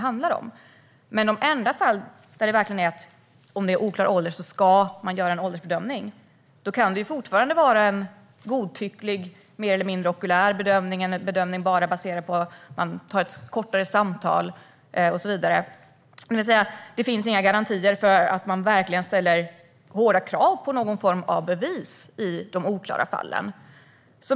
Men i de enda fallen där det verkligen gäller att en åldersbedömning ska göras om åldern är oklar kan det fortfarande vara en godtycklig, mer eller mindre okulär, bedömning eller en bedömning baserad bara på ett kortare samtal och så vidare. Det finns alltså inga garantier för att man verkligen ställer hårda krav på någon form av bevis i de oklara fallen.